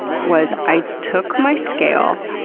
was i took my scale,